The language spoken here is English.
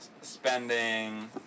spending